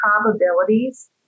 probabilities